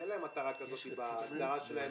אין להם מטרה כזאת בהגדרה שלהם